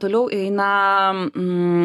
toliau eina